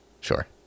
sure